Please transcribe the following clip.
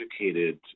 educated